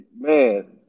man